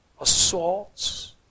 assaults